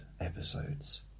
episodes